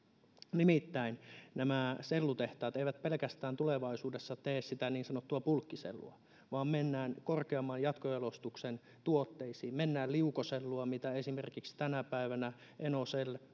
nimittäin nämä sellutehtaat eivät tulevaisuudessa tee pelkästään sitä niin sanottua bulkkisellua vaan mennään korkeamman jatkojalostuksen tuotteisiin mennään liukoselluun mitä esimerkiksi tänä päivänä enocell